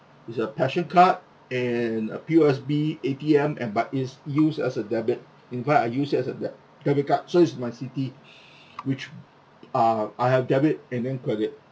is a passion card and a P_O_S_B A_T_M and but is use as a debit in fact I use it as debt debit card so is my citi which err I have debit and then credit